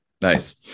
Nice